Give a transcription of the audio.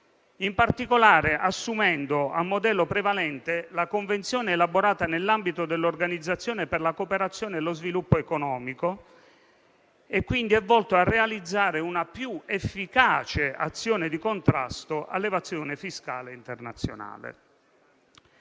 in particolare assumendo a modello prevalente la convenzione elaborata nell'ambito dell'Organizzazione per la cooperazione e lo sviluppo economico; quindi, è volto a realizzare una più efficace azione di contrasto all'evasione fiscale internazionale.